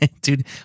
Dude